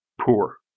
poor